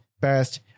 Best